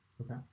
okay